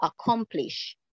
accomplish